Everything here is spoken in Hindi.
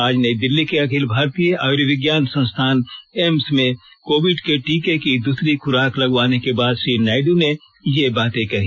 आज नई दिल्ली के अखिल भारतीय आयुर्विज्ञान संस्थान एम्स में कोविड के टीके की दूसरी खुराक लगवाने के बाद श्री नायड् ने यह बात कही